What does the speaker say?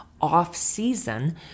off-season